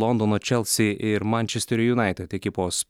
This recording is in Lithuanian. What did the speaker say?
londono čelsi ir mančesterio junaited ekipos